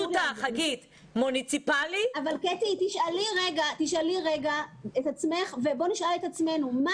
פשוטה: מוניציפלי --- אנחנו צריכים לשאול את עצמנו מה